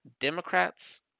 Democrats